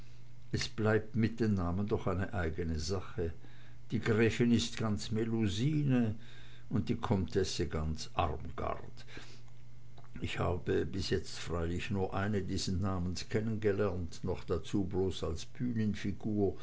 es bleibt mit den namen doch eine eigne sache die gräfin ist ganz melusine und die comtesse ganz armgard ich habe bis jetzt freilich nur eine dieses namens kennengelernt noch dazu bloß als